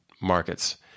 markets